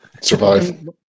Survive